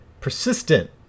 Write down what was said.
persistent